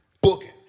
booking